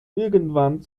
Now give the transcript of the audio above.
irgendwann